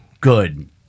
good